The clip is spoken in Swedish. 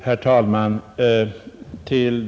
Herr talman!